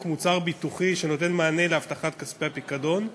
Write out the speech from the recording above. מוצר ביטוחי שנותן מענה להבטחת כספי הפיקדון,